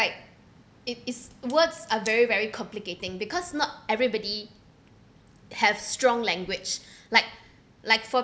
it is words are very very complicating because not everybody have strong language like like for